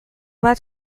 bat